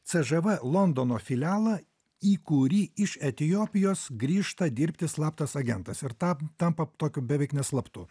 cžv londono filialą į kurį iš etiopijos grįžta dirbti slaptas agentas ir tą tampa tokiu beveik ne slaptu